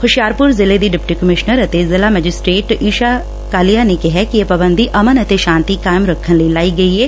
ਹੁਸ਼ਿਆਰਪੁਰ ਜ਼ਿਲ੍ਹੇ ਦੀ deputy commissioner ਅਤੇ ਜ਼ਿਲ੍ਹਾ ਮੈਜਿਸਟਰੇਟ ਈਸ਼ਾ ਕਾਲੀਆ ਨੇ ਕਿਹਾ ਕਿ ਇਹ ਪਾਬੰਦੀ ਅਮਨ ਅਤੇ ਸ਼ਾਂਤੀ ਕਾਇਮ ਰੱਖਣ ਲਈ ਲਾਈ ਗਈ ਏ